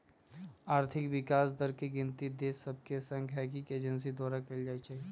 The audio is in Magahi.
आर्थिक विकास दर के गिनति देश सभके सांख्यिकी एजेंसी द्वारा कएल जाइ छइ